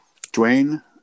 Dwayne